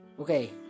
Okay